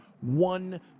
one